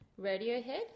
Radiohead